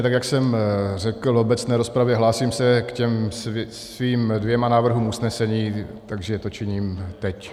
Tak jak jsem řekl v obecné rozpravě, hlásím se k těm svým dvěma návrhům usnesení, takže to činím teď.